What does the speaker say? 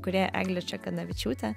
įkūrėja eglė čekanavičiūtė